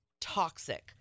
toxic